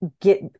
get